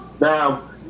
Now